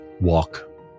walk